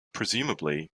presumably